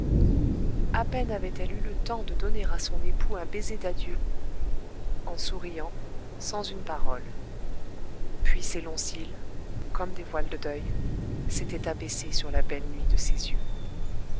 à peine avait-elle eu le temps de donner à son époux un baiser d'adieu en souriant sans une parole puis ses longs cils comme des voiles de deuil s'étaient abaissés sur la belle nuit de ses yeux